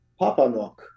Papanok